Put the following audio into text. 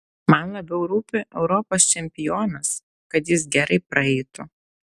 man labiau rūpi europos čempionas kad jis gerai praeitų